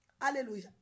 Hallelujah